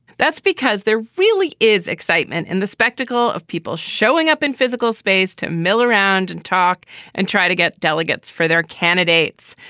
that's because there really is excitement in the spectacle of people showing up in physical space to mill around and talk and try to get delegates for their candidates.